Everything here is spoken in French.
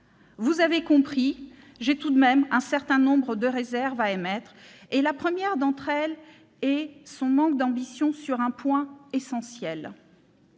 Vous l'aurez compris, j'ai tout de même un certain nombre de réserves à émettre sur ce texte, et la première d'entre elles est son manque d'ambition sur un point essentiel.